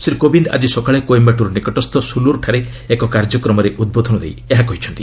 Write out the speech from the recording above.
ଶ୍ରୀ କୋବିନ୍ଦ୍ ଆଜି ସକାଳେ କୋଏମ୍ଘାଟୁର୍ ନିକଟସ୍ଥ ସ୍କୁଲ୍ର୍ଠାରେ ଏକ କାର୍ଯ୍ୟକ୍ରମରେ ଉଦ୍ବୋଧନ ଦେଇ ଏହା କହିଛନ୍ତି